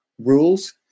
rules